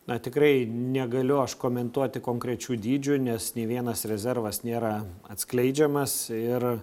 na tikrai negaliu aš komentuoti konkrečių dydžių nes nei vienas rezervas nėra atskleidžiamas ir